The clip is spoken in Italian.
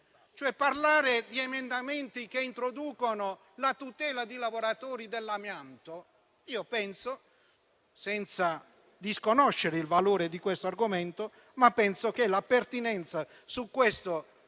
parlare di emendamenti che introducono la tutela di lavoratori dell'amianto. Penso però, senza disconoscere il valore dell'argomento, che la pertinenza in questo provvedimento